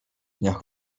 dniach